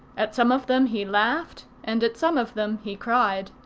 at some of them he laughed, and at some of them he cried.